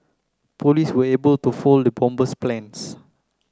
police were able to foil the bomber's plans